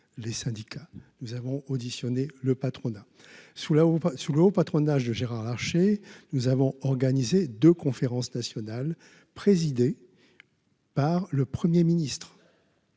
les syndicats nous avons auditionné le patronat sous là ou pas, sous le haut patronage de Gérard Larché, nous avons organisé de conférence nationale présidée par le 1er ministre